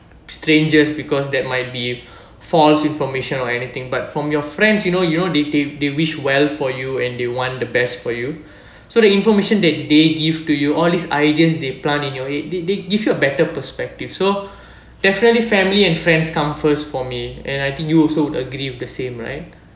strangers because that might be false information or anything but from your friends you know you know they they they wish well for you and they want the best for you so the information that they give to you all these ideas they plant in your head they they give you a better perspective so definitely family and friends come first for me and I think you also would agree with the same right